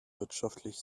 wirtschaftlich